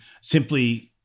simply